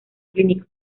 clínico